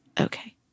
okay